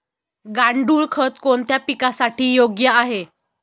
गांडूळ खत कोणत्या पिकासाठी योग्य आहे?